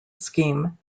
scheme